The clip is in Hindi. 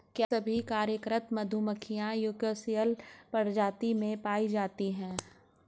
क्या सभी कार्यकर्ता मधुमक्खियां यूकोसियल प्रजाति में ही पाई जाती हैं?